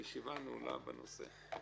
הישיבה ננעלה בשעה 14:00.